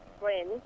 friends